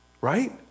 Right